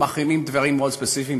ומחרימים דברים מאוד ספציפיים,